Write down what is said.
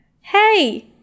hey